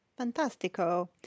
fantastico